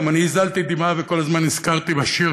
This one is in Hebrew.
גם אני הזלתי דמעה וכל הזמן נזכרתי בשיר